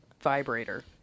vibrator